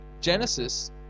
Genesis